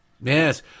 Yes